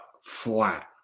flat